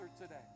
today